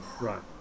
right